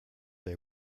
they